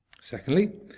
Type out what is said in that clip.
Secondly